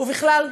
ובכלל,